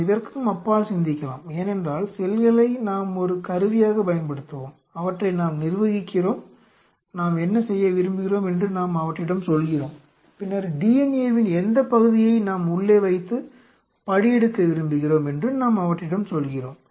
நாம் இதற்கும் அப்பால் சிந்திக்கலாம் ஏனென்றால் செல்களை நாம் ஒரு கருவியாகப் பயன்படுத்துவோம் அவற்றை நாம் நிர்வகிக்கிறோம் நாம் என்ன செய்ய விரும்புகிறோம் என்று நாம் அவற்றிடம் சொல்கிறோம் பின்னர் டிஎன்ஏவின் எந்தப் பகுதியை நாம் உள்ளே வைத்து படியெடுக்க விரும்புகிறோம் என்று நாம் அவற்றிடம் சொல்கிறோம்